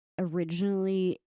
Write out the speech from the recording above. originally